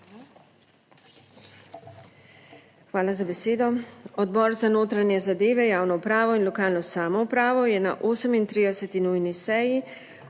Hvala za besedo. Odbor za notranje zadeve, javno upravo in lokalno samoupravo je na 38. nujni seji